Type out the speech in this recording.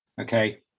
okay